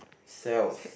cells